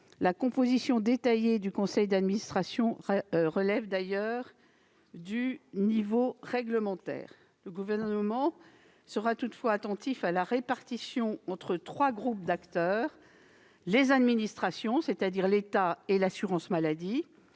la composition détaillée du conseil d'administration relève du niveau réglementaire. Le Gouvernement sera toutefois attentif à la répartition des sièges entre trois groupes d'acteurs : les administrations, c'est-à-dire l'État et l'assurance maladie,